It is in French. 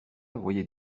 voyait